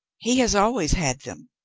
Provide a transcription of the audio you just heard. he has always had them,